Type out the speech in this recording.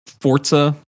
Forza